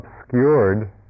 obscured